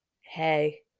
Hey